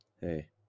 Hey